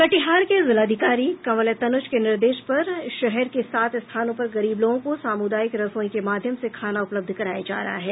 कटिहार के जिलाधिकारी कंवल तनुज के निर्देश पर शहर के सात स्थानों पर गरीब लोगों को सामुदायिक रसोई के माध्यम से खाना उपलब्ध कराया जा रहा है